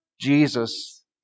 Jesus